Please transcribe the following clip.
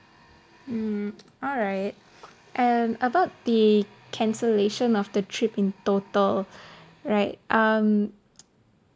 mm alright and about the cancellation of the trip in total right um